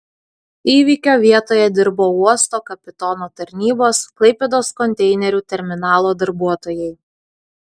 įvykio vietoje dirbo uosto kapitono tarnybos klaipėdos konteinerių terminalo darbuotojai